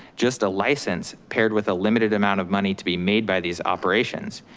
just a license paired with a limited amount of money to be made by these operations.